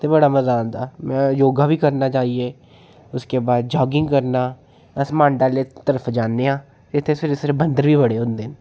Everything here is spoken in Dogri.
ते बड़ा मजा आंदा में योगा बी करना जाइयै उसके बाद जागिंग करना अस मांडा आह्ली तरफ जाने आं इत्थें सवेरे सवेरे बंदर बी बड़े होंदे न